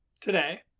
today